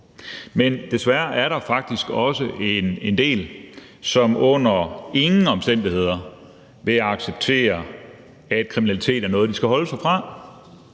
Men desværre er der faktisk også en del, som under ingen omstændigheder vil acceptere, at kriminalitet er noget, de skal holde sig fra.